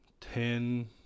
ten